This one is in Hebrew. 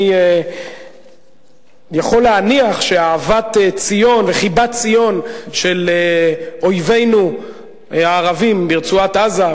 אני יכול להניח שעם אהבת ציון וחיבת ציון של אויבינו הערבים ברצועת-עזה,